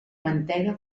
mantega